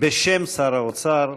בשם שר האוצר,